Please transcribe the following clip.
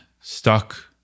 stuck